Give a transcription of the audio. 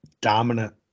dominant